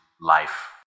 life